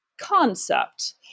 concept